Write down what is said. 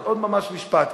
ממש עוד משפט.